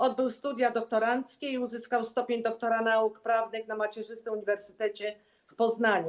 Odbył studia doktoranckie i uzyskał stopień doktora nauk prawnych na macierzystym uniwersytecie w Poznaniu.